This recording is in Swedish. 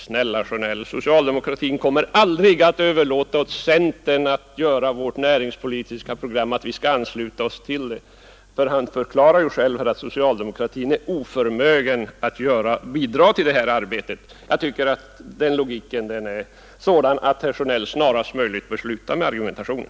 Snälla herr Sjönell, vi inom socialdemokratin kommer aldrig att överlåta åt centern att göra ett näringspolitiskt program som vi skulle ansluta oss till; herr Sjönell förklarar ju själv att socialdemokratin är oförmögen att bidra till det arbetet. Den logiken är sådan att herr Sjönell snarast möjligt bör sluta med argumentationen.